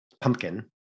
pumpkin